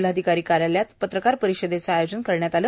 जिल्हाधिकारी कार्यालयात पत्रकारपरिषदेचे आयोजन करण्यात आले